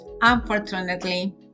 Unfortunately